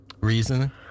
Reason